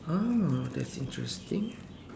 ah that's interesting